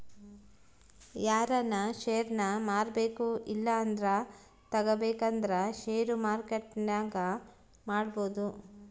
ಯಾರನ ಷೇರ್ನ ಮಾರ್ಬಕು ಇಲ್ಲಂದ್ರ ತಗಬೇಕಂದ್ರ ಷೇರು ಮಾರ್ಕೆಟ್ನಾಗ ಮಾಡ್ಬೋದು